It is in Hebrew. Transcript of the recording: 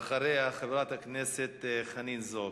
בבקשה, ואחריה, חברת הכנסת חנין זועבי.